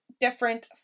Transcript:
different